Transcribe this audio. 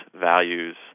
values